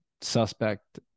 suspect